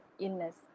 illness